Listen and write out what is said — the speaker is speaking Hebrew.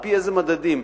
על-פי איזה מדדים,